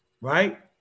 right